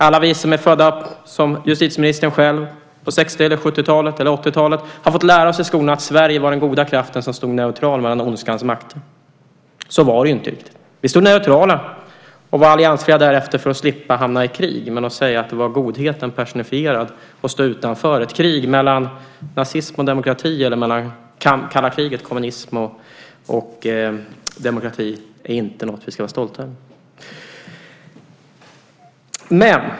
Alla vi - också justitieministern själv - som är födda på 60-, 70 och 80-talen har fått lära oss i skolan att Sverige var den goda kraften som stod neutral mellan ondskans makter. Så var det ju inte riktigt. Vi stod neutrala och var alliansfria därefter för att slippa hamna i krig, men man kan inte säga att det var godheten personifierad. Att stå utanför ett krig mellan nazism och demokrati eller mellan kalla krigets kommunism och demokrati är inte något vi ska vara stolta över.